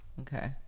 Okay